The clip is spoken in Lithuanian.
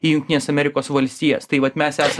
į jungtines amerikos valstijas tai vat mes esam